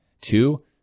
Two